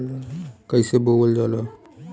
कईसे बोवल जाले?